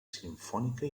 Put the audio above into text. simfònica